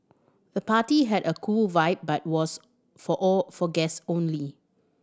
the party had a cool vibe but was for all for guests only